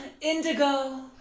Indigo